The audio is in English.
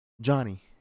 Johnny